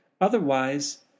Otherwise